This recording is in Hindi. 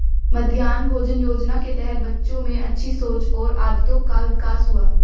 मध्याह्न भोजन योजना के तहत बच्चों में अच्छी सोच और आदतों का विकास हुआ